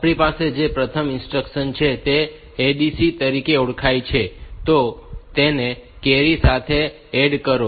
આપણી પાસે જે પ્રથમ ઇન્સ્ટ્રક્શન છે તે ADC તરીકે ઓળખાય છે તો તેને કેરી સાથે એડ કરો